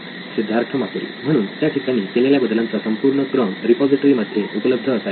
सिद्धार्थ मातुरी म्हणून त्या ठिकाणी केलेल्या बदलांचा संपूर्ण क्रम रिपॉझिटरी मध्ये उपलब्ध असायला हवा